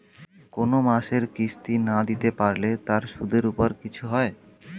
কোন মাসের কিস্তি না দিতে পারলে তার সুদের উপর কিছু হয়?